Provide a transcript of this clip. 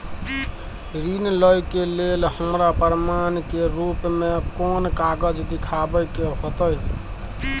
ऋण लय के लेल हमरा प्रमाण के रूप में कोन कागज़ दिखाबै के होतय?